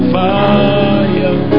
fire